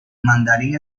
mandarín